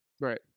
Right